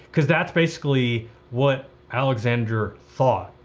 cause that's basically what alexander thought,